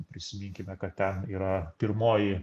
prisiminkime kad ten yra pirmoji